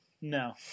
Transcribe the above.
No